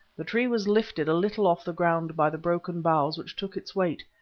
the tree was lifted a little off the ground by the broken boughs which took its weight,